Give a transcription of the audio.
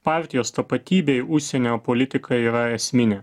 partijos tapatybei užsienio politika yra esminė